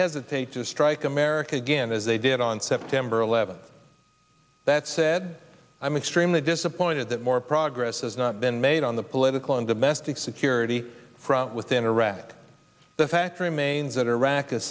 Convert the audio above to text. hesitate to strike america again as they did on september eleventh that said i'm extremely disappointed that more progress has not been made on the political and domestic security front within iraq that the fact remains that iraq is